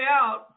out